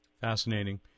Fascinating